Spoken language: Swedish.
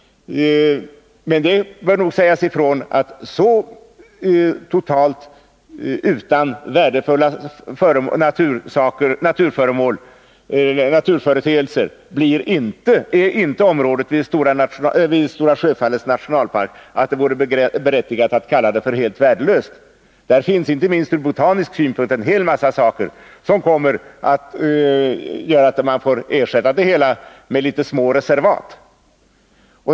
Men det bör sägas ifrån att så totalt utan värdefulla naturföreteelser är inte området vid Stora Sjöfallets nationalpark att det vore berättigat att kalla det som är kvar helt värdelöst. Där finns inte minst ur botanisk synpunkt en hel massa saker som gör att man får lov att ersätta parken med små reservat.